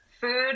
food